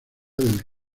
del